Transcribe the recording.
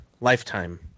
Lifetime